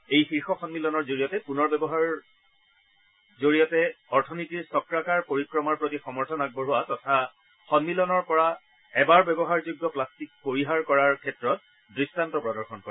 এই শীৰ্ষ সম্মিলনৰ জৰিয়তে পুনৰ ব্যৱহাৰৰ জৰিয়তে অথনীতিৰ চক্ৰাকাৰ পৰিক্ৰমাৰ প্ৰতি সমৰ্থন আগবঢ়োৱা তথা সম্মিলনৰ পৰা এবাৰ ব্যৱহাৰযোগ্য গ্লাষ্টিক পৰিহাৰ কৰাৰ ক্ষেত্ৰত দৃষ্টান্ত প্ৰদৰ্শন কৰিব